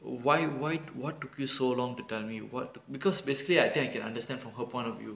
why why what took you so long to tell me what because basically I think I can understand from her point of view